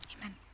Amen